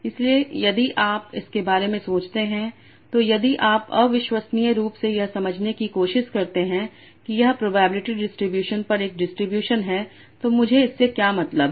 इसलिए यदि आप इसके बारे में सोचते हैं तो यदि आप अविश्वसनीय रूप से यह समझने की कोशिश करते हैं कि यह प्रोबेबिलिटी डिस्ट्रीब्यूशन पर एक डिस्ट्रीब्यूशन है तो मुझे इससे क्या मतलब है